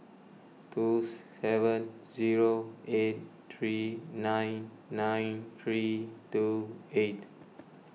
two seven zero eight three nine nine three two eight